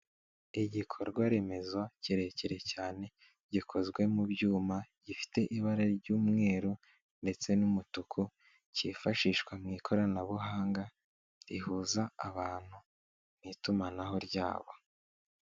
Igikorwa remezo kirekire cyane gikozwe mu byuma gifite ibara ry'umweru ndetse n'umutuku cyifashishwa mu ikoranabuhanga rihuza abantu n'itumanaho ryabo.